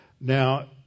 now